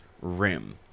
rim